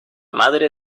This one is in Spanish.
madre